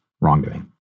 wrongdoing